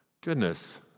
Goodness